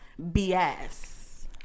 BS